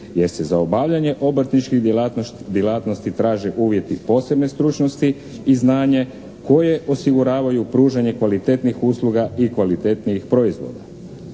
jer se za obavljanje obrtničkih djelatnosti traže uvjeti posebne stručnosti i znanje koje osiguravaju pružanje kvalitetnih usluga i kvalitetnijih proizvoda.